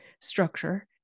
structure